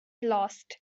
lost